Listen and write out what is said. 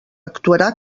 actuarà